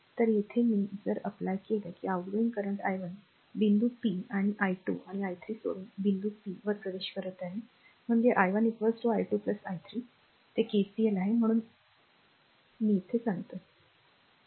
तर येथे मी जर apply केल की आउटगोइंग i 1 बिंदू p आणि i2 आणि i 3 सोडून बिंदू p वर प्रवेश करत आहे म्हणजे i 1 r i2 i 3 ते KCL आहे म्हणून मला ते साफ करू द्या